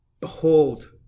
Behold